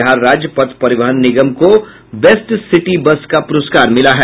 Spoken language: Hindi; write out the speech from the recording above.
बिहार राज्य पथ परिवहन निगम को बेस्ट सिटी बस का पुरस्कार मिला है